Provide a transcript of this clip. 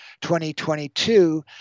2022